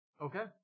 Okay